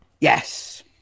Yes